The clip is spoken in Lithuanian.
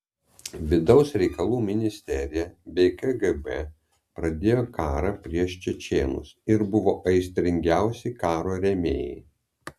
vidaus reikalų ministerija bei kgb pradėjo karą prieš čečėnus ir buvo aistringiausi karo rėmėjai